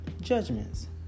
judgments